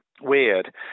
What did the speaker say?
weird